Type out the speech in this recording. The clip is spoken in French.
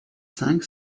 cinq